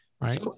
Right